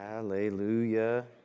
Hallelujah